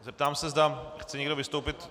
Zeptám se, zda chce někdo vystoupit.